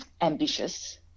ambitious